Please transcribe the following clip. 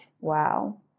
Wow